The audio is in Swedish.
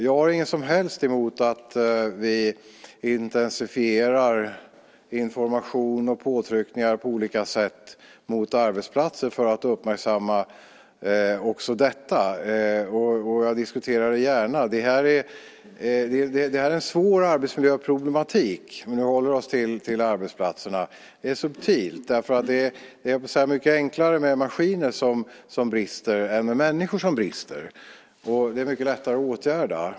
Jag har inget som helst emot att vi på olika sätt intensifierar informationen och påtryckningarna mot arbetsplatserna för att även uppmärksamma detta, och jag diskuterar det gärna. Det här är en svår arbetsmiljöproblematik, om vi håller oss till arbetsplatserna. Det är subtilt. Det är så mycket enklare med maskiner som brister än med människor som brister. Det är mycket lättare att åtgärda.